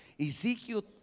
Ezekiel